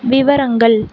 விவரங்கள்